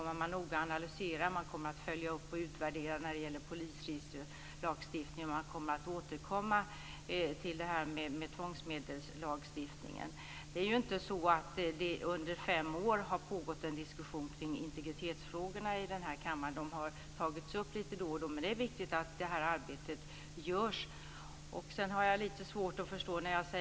Man kommer att följa upp och noga utvärdera lagstiftningen om polisregister. Man skall återkomma till lagstiftningen om tvångsmedel. Det är inte så att det under fem år har pågått en diskussion om integritetsfrågorna i kammaren. Frågorna har tagits upp då och då. Det är viktigt att arbetet görs.